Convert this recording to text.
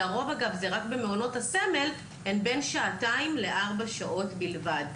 לרוב זה רק במעונות הסמל הן בין שעתיים לארבע שעות בלבד,